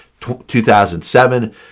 2007